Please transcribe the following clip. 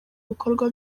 bikorwa